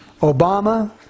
Obama